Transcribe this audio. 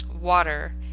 water